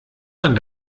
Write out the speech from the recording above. man